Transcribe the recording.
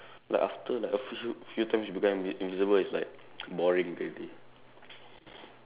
like after like a few a few times you become invisible it's like boring already